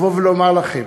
ולבוא ולומר לכם: